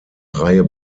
reihe